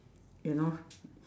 you know